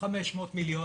לשים 500 מיליון?